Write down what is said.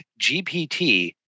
GPT